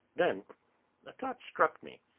then a thought struck me,